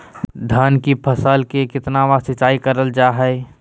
धान की फ़सल को कितना बार सिंचाई करल जा हाय?